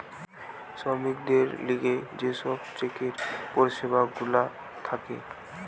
শ্রমিকদের লিগে যে সব চেকের পরিষেবা গুলা থাকে